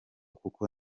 kuko